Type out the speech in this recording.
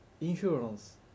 insurance